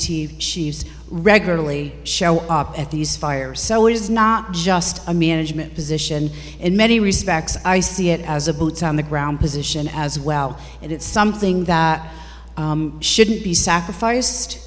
chief she used regularly show up at these fires so it is not just a management position in many respects i see it as a boots on the ground position as well and it's something that shouldn't be sacrificed